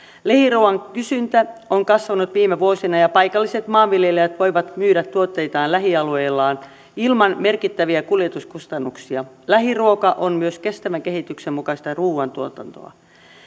lähiruuan kysyntä on kasvanut viime vuosina ja paikalliset maanviljelijät voivat myydä tuotteitaan lähialueillaan ilman merkittäviä kuljetuskustannuksia lähiruoka on myös kestävän kehityksen mukaista ruuantuotantoa